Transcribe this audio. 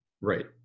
Right